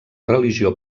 religió